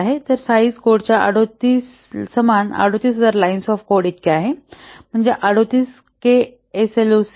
size कोडच्या 38 समान 38000 lines of code इतके आहे म्हणजे 38 K S L O C